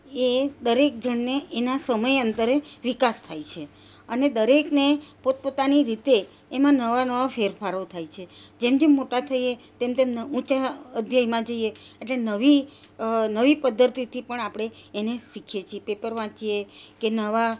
એ દરેક જણને એના સમયાંતરે વિકાસ થાય છે અને દરેકને પોત પોતાની રીતે એમાં નવા નવા ફેરફારો થાય છે જેમ જેમ મોટાં થઈએ તેમ તેમ ન ઊંંચા ધ્યેયમાં જઈએ જે નવી નવી પદ્ધતિથી પણ આપળે એને શીખીએ છીએ પેપર વાંચીએ કે નવા